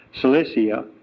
Cilicia